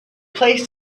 place